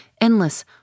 endless